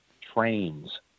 trains